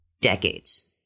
decades